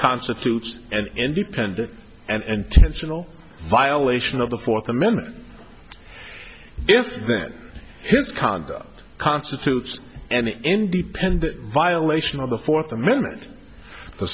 constitutes an independent and tensional violation of the fourth amendment if his condo constitutes an independent violation of the fourth amendment the